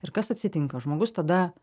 ir kas atsitinka žmogus tada